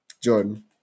Jordan